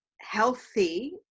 healthy